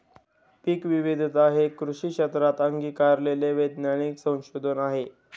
पीकविविधता हे कृषी क्षेत्रात अंगीकारलेले वैज्ञानिक संशोधन आहे